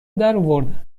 درآوردن